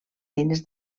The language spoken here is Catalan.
eines